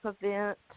event